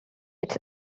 its